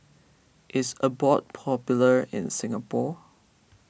is Abbott popular in Singapore